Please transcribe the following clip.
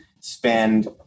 spend